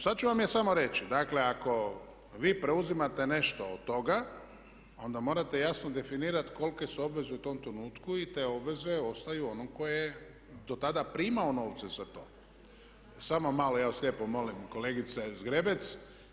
Sada ću vam ja samo reći, dakle ako vi preuzimate nešto od toga onda morate jasno definirati kolike su obveze u tom trenutku i te obveze ostaju onome koji je do tada primao novce za to. … [[Upadica se ne čuje.]] Samo malo, ja vas lijepo molim kolegice Zgrebec.